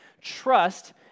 trust